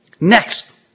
Next